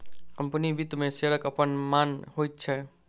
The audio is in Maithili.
कम्पनी वित्त मे शेयरक अपन मान होइत छै